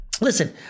Listen